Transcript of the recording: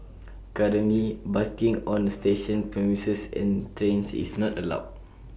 currently busking on station premises and trains is not allowed